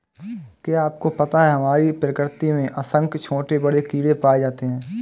क्या आपको पता है हमारी प्रकृति में असंख्य छोटे बड़े कीड़े पाए जाते हैं?